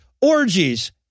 orgies